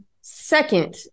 second